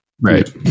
Right